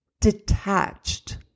detached